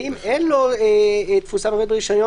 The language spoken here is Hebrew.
ואם אין לו תפוסה ברישיון,